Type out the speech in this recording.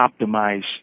optimize